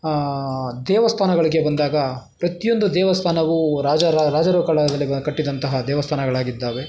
ದೇವಸ್ಥಾನಗಳಿಗೆ ಬಂದಾಗ ಪ್ರತಿಯೊಂದು ದೇವಸ್ಥಾನವೂ ರಾಜ ರಾಜರೂ ಕಾಲದಲ್ಲಿ ಕಟ್ಟಿದಂತಹ ದೇವಸ್ಥಾನಗಳಾಗಿದ್ದಾವೆ